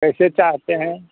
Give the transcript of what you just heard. कैसे चाहते हैं